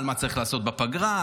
מה צריך לעשות בפגרה?